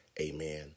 Amen